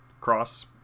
cross